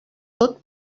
tot